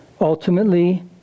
Ultimately